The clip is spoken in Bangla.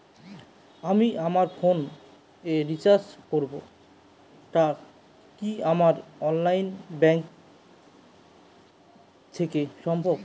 আমি আমার ফোন এ রিচার্জ করব টা কি আমার অনলাইন ব্যাংক থেকেই সম্ভব?